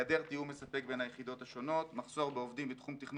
היעדר תאום מספק בין היחידות השונות - מחסור בעובדים בתחום תכנון